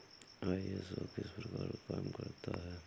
ISO किस प्रकार काम करता है